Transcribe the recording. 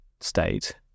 state